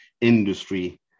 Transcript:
industry